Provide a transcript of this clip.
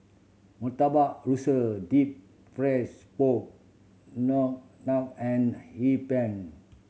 Murtabak Rusa deep frieds pork and Hee Pan